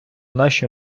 наші